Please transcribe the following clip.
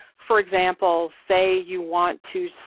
for example, say you want to so